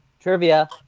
Trivia